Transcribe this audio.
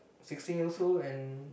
sixteen years old and